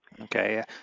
Okay